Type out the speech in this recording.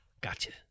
gotcha